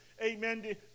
amen